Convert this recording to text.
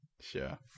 Sure